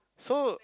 so